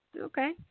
Okay